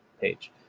page